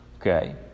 okay